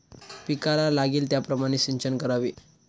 पिकाला लागेल त्याप्रमाणे सिंचन करावे